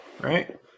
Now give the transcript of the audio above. Right